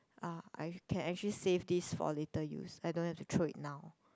ah I can actually save this for later use I don't have to throw it now